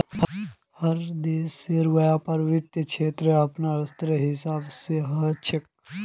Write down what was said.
हर देशेर व्यापार वित्त क्षेत्रक अपनार स्तरेर हिसाब स ह छेक